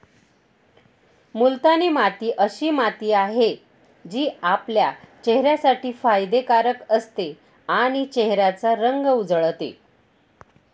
मुलतानी माती अशी माती आहे, जी आपल्या चेहऱ्यासाठी फायदे कारक असते आणि चेहऱ्याचा रंग उजळते